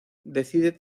decide